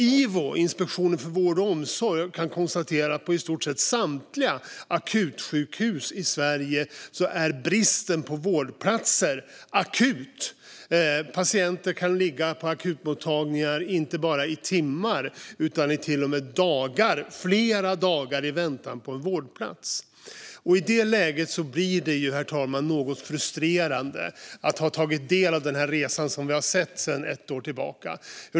Ivo, Inspektionen för vård och omsorg, kan konstatera att det på i stort sett samtliga akutsjukhus i Sverige är en akut brist på vårdplatser. Patienter kan ligga på akutmottagningar inte bara i timmar utan till och med i dagar, flera dagar, i väntan på en vårdplats. I det läget blir det något frustrerande, herr talman, att ta del av den resa som vi har sett sedan ett år tillbaka.